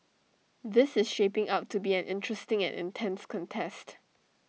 this is shaping up to be an interesting and intense contest